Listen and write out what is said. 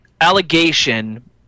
allegation